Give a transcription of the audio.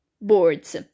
boards